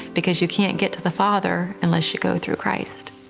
because you can't get to the father unless you go through christ.